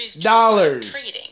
dollars